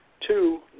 two